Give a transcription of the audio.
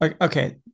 okay